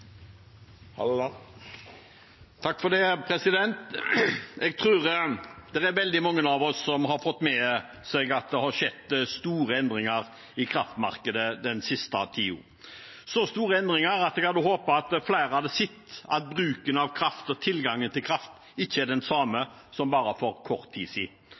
Jeg tror det er veldig mange av oss som har fått med seg at det har skjedd store endringer i kraftmarkedet den siste tiden, så stor endringer at jeg hadde håpet at flere hadde sett at bruken av og tilgangen til kraft ikke er den samme som for bare kort tid